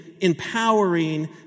empowering